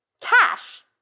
cash